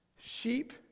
Sheep